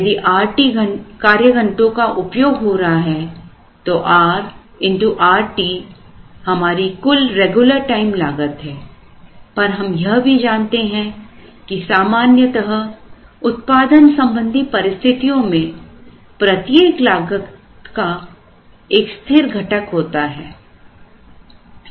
यदि Rt कार्यघंटों का उपयोग हो रहा है तो r Rt हमारी कुल रेगुलर टाइम लागत है पर हम यह भी जानते हैं कि सामान्यतः उत्पादन संबंधी परिस्थितियों में प्रत्येक लागत का एक स्थिर घटक होता है